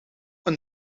een